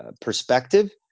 perspective